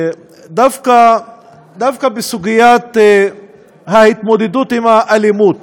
דווקא בסוגיית ההתמודדות עם האלימות,